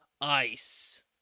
Ice